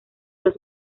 los